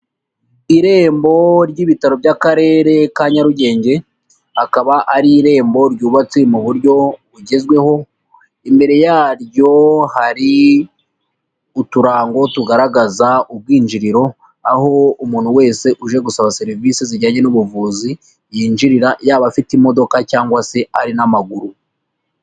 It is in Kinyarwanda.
Irembo ry'ibitaro by'akarere ka Nyarugenge, akaba ari irembo ryubatse mu buryo bugezweho, imbere yaryo hari uturango tugaragaza ubwinjiriro, aho umuntu wese uje gusaba serivisi zijyanye n'ubuvuzi yinjirira, yaba afite imodoka cyangwa se ari n'amaguru.